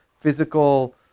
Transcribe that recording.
physical